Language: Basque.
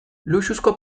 luxuzko